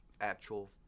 actual